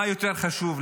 מה יותר חשוב,